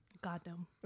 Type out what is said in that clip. Goddamn